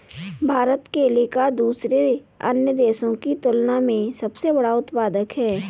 भारत केले का दूसरे अन्य देशों की तुलना में सबसे बड़ा उत्पादक है